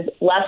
less